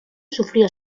sufrió